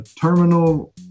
terminal